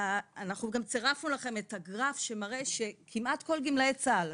אנחנו גם צירפנו לכם את הגרף שמראה שכמעט כל גמלאי צה"ל,